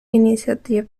initiative